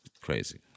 crazy